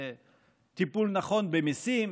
בטיפול נכון במיסים,